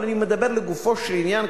אבל אני מדבר לדבר לגופו של עניין,